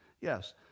Yes